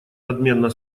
надменно